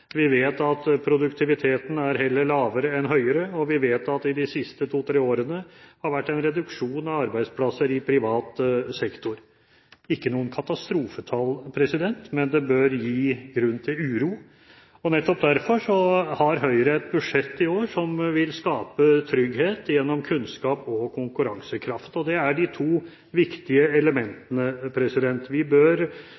Vi vet at produktiviteten er heller lavere enn høyere, og vi vet at det i de siste to–tre år har vært en reduksjon i arbeidsplasser i privat sektor – ikke noen katastrofetall, men det bør gi grunn til uro. Nettopp derfor har Høyre et budsjett i år som vil skape trygghet gjennom kunnskap og konkurransekraft. Det er to viktige